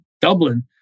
Dublin